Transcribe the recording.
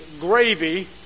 gravy